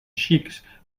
xics